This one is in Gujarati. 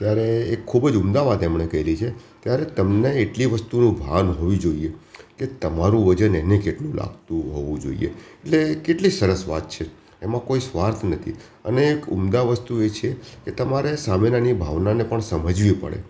ત્યારે એક ખૂબ જ ઉમદા વાત એમણે કરી છે ત્યારે તમને એટલી વસ્તુનું ભાન હોવી જોઈએ કે તમારું વજન એને કેટલું લાગતું હોવું જોઈએ એટલે કેટલી સરસ વાત છે કે એમાં કોઈ સ્વાર્થ નથી અને એક ઉમદા વસ્તુએ છે કે તમારે સામેનાની ભાવનાને પણ સમજવી પડે